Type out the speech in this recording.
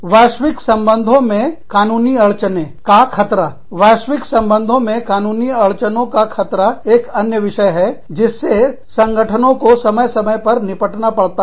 वैश्विक संबंधों में कानूनी अड़चनें का खतरावैश्विक संबंधों में कानूनी अड़चनों का खतरा एक अन्य विषय है जिससे संगठनों को समय समय पर निपटना पड़ता है